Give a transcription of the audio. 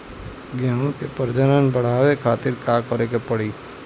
गेहूं के प्रजनन बढ़ावे खातिर का करे के पड़ी?